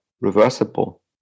reversible